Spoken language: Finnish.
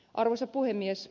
arvoisa puhemies